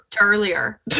earlier